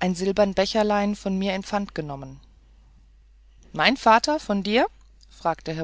ein silbern becherlein von mir in pfand genommen mein vater von dir fragte